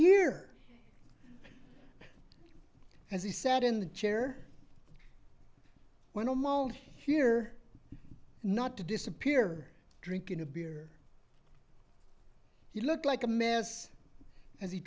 here as he sat in the chair when a mall here not to disappear drinking a beer he looked like a mess as he